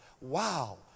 Wow